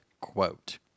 quote